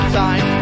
time